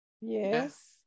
Yes